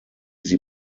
sie